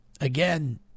again